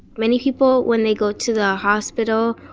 many people when they go to the hospital,